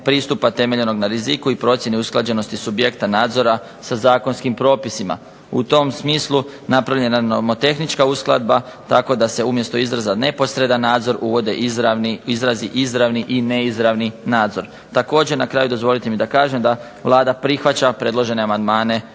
pristupa temeljenog na riziku i procjeni usklađenosti subjekta nadzora sa zakonskim propisima. U tom smislu napravljena je nomotehnička uskladba, tako da se umjesto izraza neposredan nadzor, uvode izrazi izravni i neizravni nadzor. Također na kraju dozvolite mi da kažem da Vlada prihvaća predložene amandmane